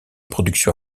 production